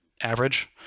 average